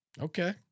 Okay